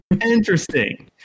Interesting